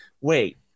wait